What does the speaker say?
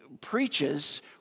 preaches